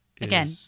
Again